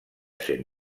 cent